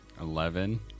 Eleven